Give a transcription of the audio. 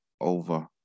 over